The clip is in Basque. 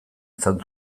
izan